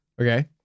Okay